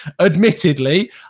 Admittedly